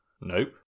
Nope